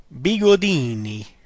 bigodini